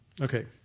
Okay